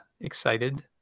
excited